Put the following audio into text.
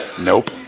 Nope